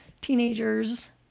teenagers